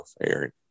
Eric